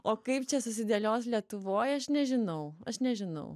o kaip čia susidėlios lietuvoj aš nežinau aš nežinau